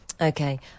okay